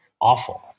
awful